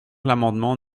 l’amendement